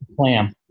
clam